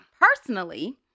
personally